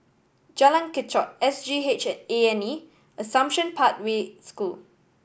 Jalan Kechot S G H A and E and Assumption Pathway School